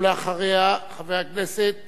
ואחריו, חבר הכנסת